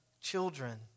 children